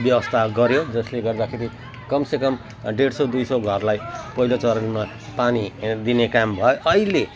व्यवस्था गऱ्यो जसले गर्दाखेरि कम से कम ढेड सय दुई सय घरलाई पहिलो चरणमा पानी है दिने काम भयो अहिले